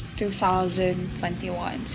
2021